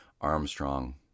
Armstrong